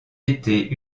été